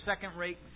second-rate